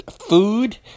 food